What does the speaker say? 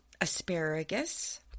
asparagus